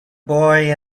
boy